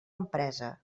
empresa